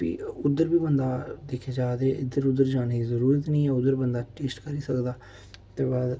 फ्ही उद्धर बी बंदा दिक्केआ जा तां इद्धर उद्धर जाने दी जरूरत नी ऐ उद्धर बंदा टेस्ट करी सकदा ते बाद